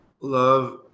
love